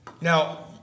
Now